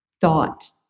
thought